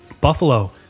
Buffalo